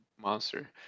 monster